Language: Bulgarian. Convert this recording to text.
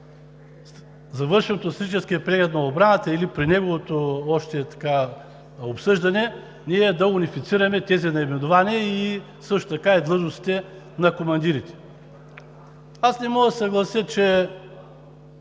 на Стратегическия преглед на отбраната или при неговото обсъждане, ние да унифицираме тези наименования, а също така и длъжностите на командирите. Не мога да се съглася, че